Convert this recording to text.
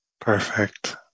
Perfect